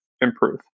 improve